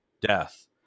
death